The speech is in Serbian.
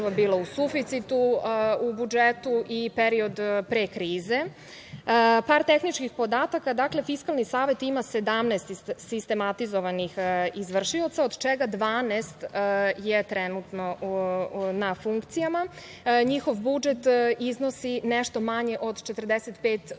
u suficitu u budžetu i period pre krize. Par tehničkih podataka. Dakle, Fiskalni savet ima 17 sistematizovanih izvršioca od čega 12 je trenutno na funkcijama. Njihov budžet iznosi nešto manje od 45